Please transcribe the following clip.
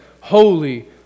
Holy